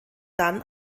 dann